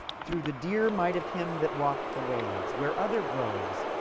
through the dear might of him that walk'd the waves, where other groves,